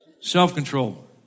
self-control